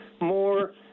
more